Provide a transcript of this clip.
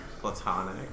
platonic